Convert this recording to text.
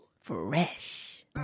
Fresh